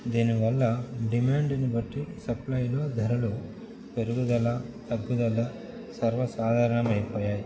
దీనివల్ల డిమాండ్ని బట్టి సప్లైలో ధరలు పెరుగుదల తగ్గుదల సర్వసాధారణం అయిపోయాయి